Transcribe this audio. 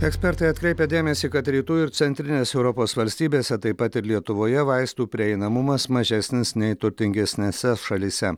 ekspertai atkreipia dėmesį kad rytų ir centrinės europos valstybėse taip pat ir lietuvoje vaistų prieinamumas mažesnis nei turtingesnėse šalyse